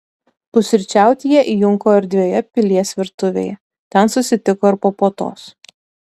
pusryčiauti jie įjunko erdvioje pilies virtuvėje ten susitiko ir po puotos